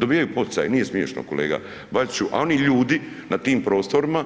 Dobivaju poticaje, nije smiješno kolega Bačiću, a oni ljudi na tim prostorima